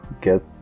get